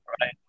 right